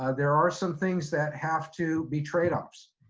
ah there are some things that have to be trade offs.